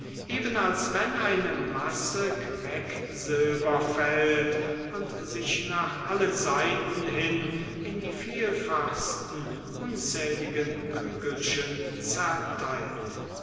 eben als wenn eine masse quecksilber fällt und sich nach allen seiten hin in die vielfachsten unzähligen kügelchen zerteilt